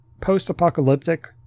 post-apocalyptic